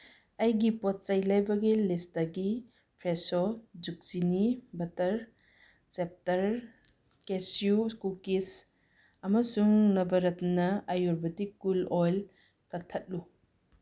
ꯑꯩꯒꯤ ꯄꯣꯠ ꯆꯩ ꯂꯩꯕꯒꯤ ꯂꯤꯁꯇꯒꯤ ꯐ꯭ꯔꯦꯁꯣ ꯖꯨꯛꯆꯤꯅꯤ ꯕꯇꯔ ꯆꯦꯞꯇꯔ ꯀꯦꯆ꯭ꯌꯨ ꯀꯨꯀꯤꯁ ꯑꯃꯁꯨꯡ ꯅꯚꯔꯇꯅꯥ ꯑꯌꯨꯔꯚꯦꯗꯤꯛ ꯀꯨꯜ ꯑꯣꯏꯜ ꯀꯛꯊꯠꯂꯨ